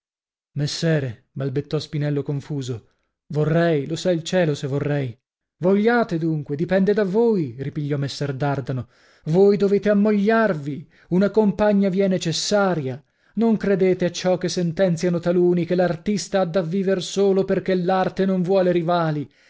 messere balbettò spinello confuso vorrei lo sa il cielo se vorrei vogliate dunque dipende da voi ripigliò messer dardano voi dovete ammogliarvi una compagna vi è necessaria non credete a ciò che sentenziano taluni che l'artista ha da viver solo perchè l'arte non vuole rivali